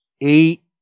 eight